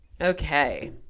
Okay